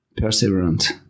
perseverant